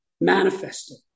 manifested